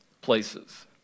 places